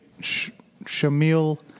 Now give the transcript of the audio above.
Shamil